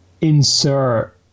insert